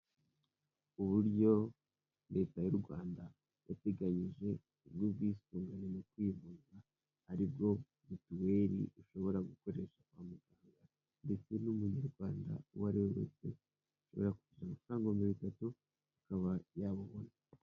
Uburyo leta y'u Rwanda yateganyije bw'ubwisungane mu kwivuza, ari bwo mituweri ushobora gukoresha kwa muganga ndetse n'umunyarwanda uwa ari we wese ashobora kwishyura amafaranga ibihumbi bitatu akaba yabubona.